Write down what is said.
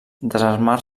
desarmar